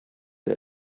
der